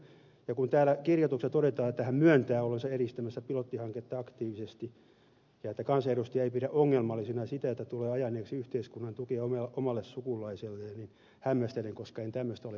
ja kun täällä kirjoituksessa todetaan että hän myöntää olleensa edistämässä pilottihanketta aktiivisesti ja että kansanedustaja ei pidä ongelmallisena sitä että tulee ajaneeksi yhteiskunnan tukea omalle sukulaiselleen niin hämmästelen koska en tällaista ole myöntänyt